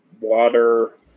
water